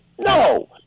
No